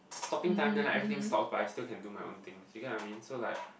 stopping time then like everything stops but I still can do my own thing so you get what I mean so like